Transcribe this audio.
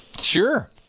Sure